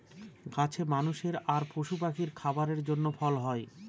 গাছে মানুষের আর পশু পাখির খাবারের জন্য ফল হয়